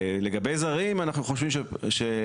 לגבי זרים אנחנו חושבי שהפגיעה,